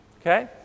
okay